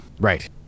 Right